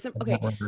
Okay